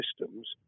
systems